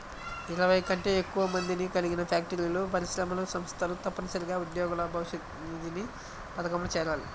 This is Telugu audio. ఇరవై కంటే ఎక్కువ మందిని కలిగిన ఫ్యాక్టరీలు, పరిశ్రమలు, సంస్థలు తప్పనిసరిగా ఉద్యోగుల భవిష్యనిధి పథకంలో చేరాలి